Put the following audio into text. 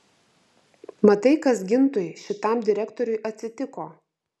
matai kas gintui šitam direktoriui atsitiko